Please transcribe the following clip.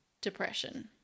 depression